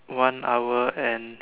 one hour and